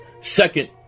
second